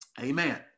amen